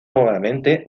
nuevamente